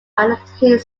antarctic